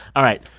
all right,